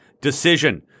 decision